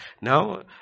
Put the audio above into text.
Now